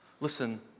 listen